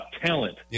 Talent